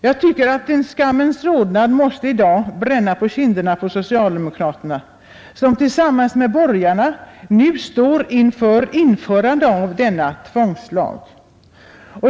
Jag tycker att en skammens rodnad i dag måste bränna på socialdemokraternas kinder när de tillsammans med borgarna nu står i begrepp att införa denna tvångslag.